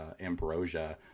ambrosia